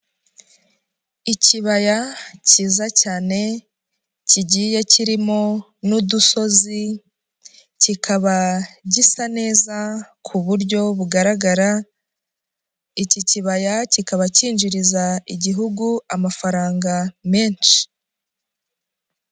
Ikibaya cyiza cyane kigiye kirimo n'udusozi kikaba gisa neza ku buryo bugaragara, iki kibaya kikaba cyinjiriza igihugu amafaranga menshi.